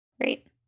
Great